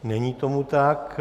Není tomu tak.